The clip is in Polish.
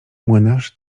młynarz